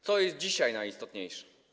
Co jest dzisiaj najistotniejsze?